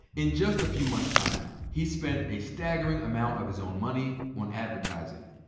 in just a few months' time, he spent a staggering amount of his own money on advertising,